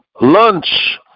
lunch